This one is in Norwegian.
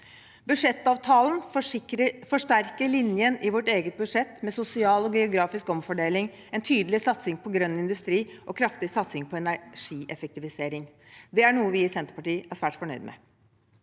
Budsjettavtalen forsterker linjen i vårt eget budsjett med sosial og geografisk omfordeling, en tydelig satsing på grønn industri og en kraftig satsing på energieffektivisering. Det er noe vi i Senterpartiet er svært fornøyd med.